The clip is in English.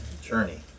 journey